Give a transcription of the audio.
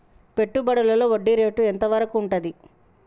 పెట్టుబడులలో వడ్డీ రేటు ఎంత వరకు ఉంటది?